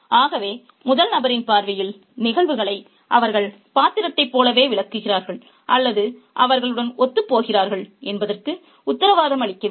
ஆகவே முதல் நபரின் பார்வையில் நிகழ்வுகளை அவர்கள் பாத்திரத்தைப் போலவே விளக்குவார்கள் அல்லது அவர்களுடன் ஒத்துப்போகிறார்கள் என்பதற்கு உத்தரவாதம் அளிக்கவில்லை